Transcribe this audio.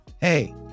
Hey